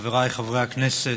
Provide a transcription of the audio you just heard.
חבריי חברי הכנסת,